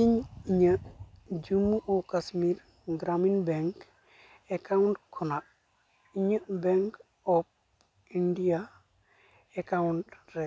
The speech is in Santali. ᱤᱧ ᱤᱧᱟᱹᱜ ᱡᱚᱢᱢᱩ ᱳ ᱠᱟᱥᱢᱤᱨ ᱜᱨᱟᱢᱤᱱ ᱵᱮᱝᱠ ᱮᱠᱟᱣᱩᱱᱴ ᱠᱷᱚᱱᱟᱜ ᱤᱧᱟᱹᱜ ᱵᱮᱝᱠ ᱚᱯᱷ ᱤᱱᱰᱤᱭᱟ ᱮᱠᱟᱣᱩᱱᱴ ᱨᱮ